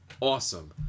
Awesome